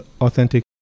authentic